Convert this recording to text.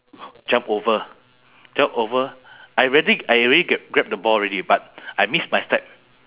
but they was like everyone at the basketball court was shocked leh they thought I going to fall down I going I going to mati already leh